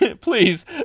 Please